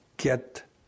Get